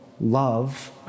love